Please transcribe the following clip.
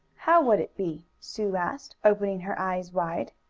how would it be? sue asked, opening her eyes wide.